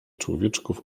człowieczków